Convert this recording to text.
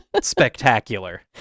spectacular